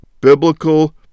biblical